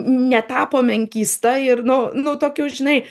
netapo menkysta ir nu nu tokiu žinai